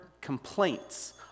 complaints